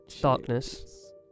Darkness